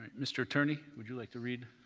mr. attorney, would you like to read.